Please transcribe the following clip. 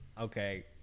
okay